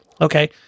Okay